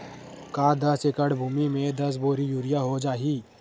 का दस एकड़ भुमि में दस बोरी यूरिया हो जाही?